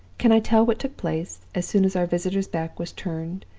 can i tell what took place, as soon as our visitor's back was turned,